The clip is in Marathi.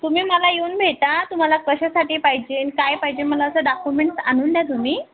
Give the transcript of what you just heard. तुम्ही मला येऊन भेटा तुम्हाला कशासाठी पाहिजेन काय पाहिजे मला असं डाक्युमेंट्स आणून द्या तुम्ही